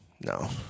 No